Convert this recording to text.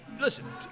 Listen